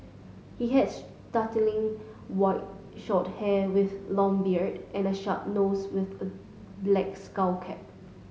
he had startlingly white short hair with long beard and a sharp nose with the black skull cap